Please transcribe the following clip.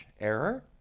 error